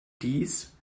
dies